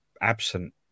absent